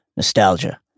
Nostalgia